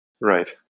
Right